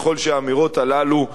ככל שהאמירות הללו נאמרו,